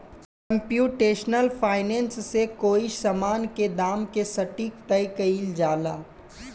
computational finance से कोई समान के दाम के सटीक तय कईल जाला